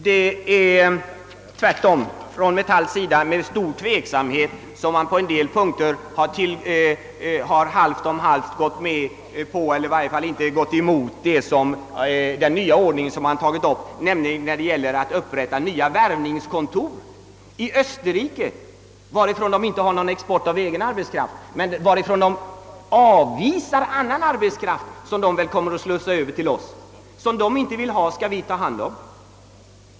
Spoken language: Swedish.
Det är tvärtom med stor tveksamhet Metall på en del punkter gått med på — eller i varje fall inte gått emot — den nya ordning som tagits upp bl.a. när det gäller upprättande av nya värvningskontor, I Österrike har man inte någon export av egen arbetskraft, men man avvisar annan arbetskraft vilken väl kommer att slussas över till oss. Den arbetskraft man inte vill ha där skall vi ta hand om.